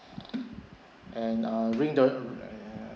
and uh bring the